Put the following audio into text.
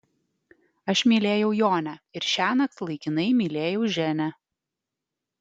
aš mylėjau jonę ir šiąnakt laikinai mylėjau ženią